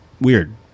weird